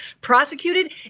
prosecuted